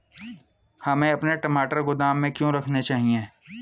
हमें अपने टमाटर गोदाम में क्यों रखने चाहिए?